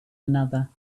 another